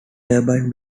turbine